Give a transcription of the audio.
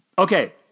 Okay